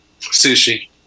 sushi